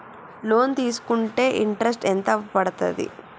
Loan తీస్కుంటే interest ఎంత పడ్తది?